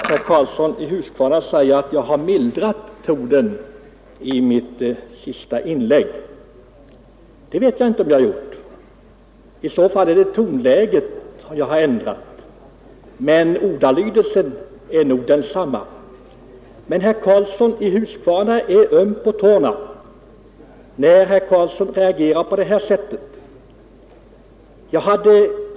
Herr talman! Herr Karlsson i Huskvarna säger att jag har mildrat tonen i mitt senaste inlägg. Det vet jag inte om jag har gjort. I så fall är det tonläget jag har ändrat, ordalydelsen är nog densamma. Men herr Karlsson i Huskvarna är öm på tårna, när han reagerar på det här sättet.